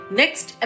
next